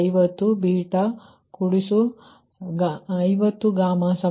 ಇದು 5050 8